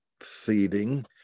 feeding